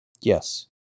Yes